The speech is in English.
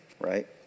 right